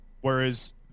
whereas